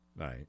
right